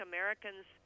Americans